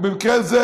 ובמקרה זה,